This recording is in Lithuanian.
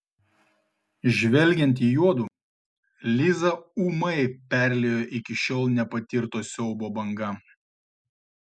žvelgiant į juodu lizą ūmai perliejo iki šiol nepatirto siaubo banga